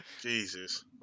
Jesus